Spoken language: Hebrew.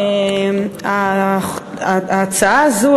ההצעה הזאת,